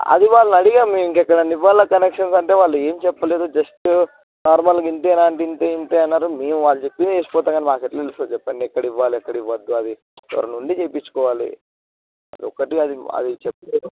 అది వాళ్ళును అడిగాం ఇంకా ఎక్కడన్నా ఇవ్వాల కనెక్షన్స్ అంటే వాళ్ళు ఏమి చెప్పలేదు జస్ట్ నార్మల్గా ఇంతేనా అంటే ఇంతే ఇంతే అన్నారు మేము వాళ్ళు చెప్పిందే వేసిపోతాం కానీ మాకు ఎట్లా తెలుస్తుంది చెప్పండి ఎక్కడ ఇవ్వాలి ఎక్కడ ఇవ్వద్దు అది ఎవరన్న ఉండి చేయించువాలి అది ఒకటి అది అది చెప్పలేదు